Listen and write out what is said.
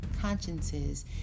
consciences